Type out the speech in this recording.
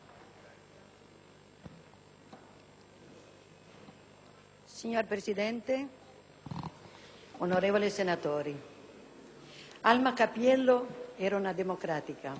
Signor Presidente, onorevoli senatori, Alma Cappiello era una democratica,